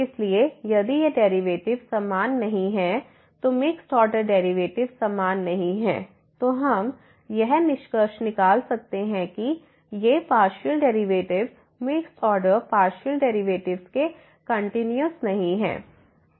इसलिए यदि ये डेरिवेटिव समान नहीं हैं तो मिक्स्ड ऑर्डर डेरिवेटिव्स समान नहीं हैं तो हम यह निष्कर्ष निकाल सकते हैं कि ये partial derivatives mixed order partial derivatives के कंटिन्यूस नहीं हैं